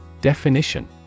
Definition